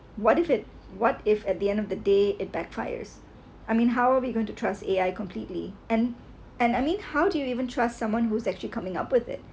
what if it what if at the end of the day it backfires I mean how are we going to trust A_I completely and and I mean how do you even trust someone who's actually coming up with it